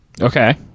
Okay